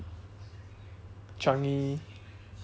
changi